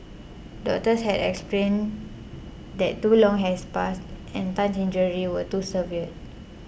doctors had explain that too long has passed and Tan's injuries were too severe